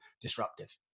disruptive